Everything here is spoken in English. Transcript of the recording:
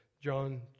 John